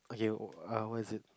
okay how is it